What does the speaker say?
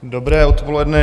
Dobré odpoledne.